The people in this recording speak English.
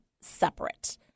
separate